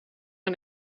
een